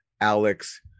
Alex